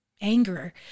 anger